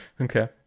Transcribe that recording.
Okay